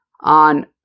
on